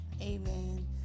amen